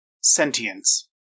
sentience